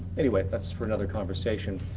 anyway, that's for another conversation.